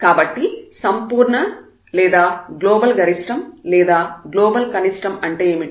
కాబట్టి సంపూర్ణ absolute Absolute లేదా గ్లోబల్ గరిష్టం లేదా గ్లోబల్ కనిష్టం అంటే ఏమిటి